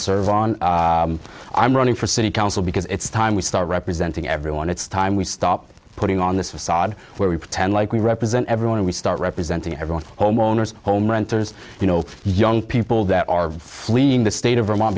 serve on i'm running for city council because it's time we start representing everyone it's time we up putting on this facade where we pretend like we represent everyone and we start representing everyone homeowners home renters you know young people that are fleeing the state of vermont